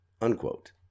unquote